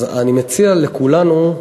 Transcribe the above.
אז אני מציע לכולנו,